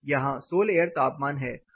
यहां soil air तापमान है